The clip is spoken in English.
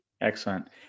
excellent